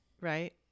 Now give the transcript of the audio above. Right